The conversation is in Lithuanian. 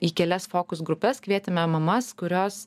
į kelias fokus grupes kvietėme mamas kurios